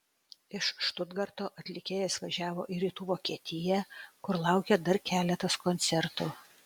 iš štutgarto atlikėjas važiavo į rytų vokietiją kur laukė dar keletas koncertų